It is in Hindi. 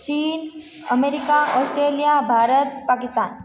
चीन अमेरिका ऑस्ट्रेलिया भारत पाकिस्तान